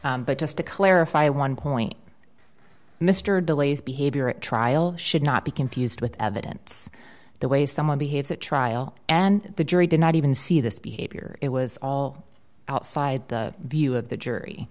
but just to clarify one point mr delay's behavior at trial should not be confused with evidence the way someone behaves at trial and the jury did not even see this behavior it was all outside the view of the jury